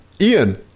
ian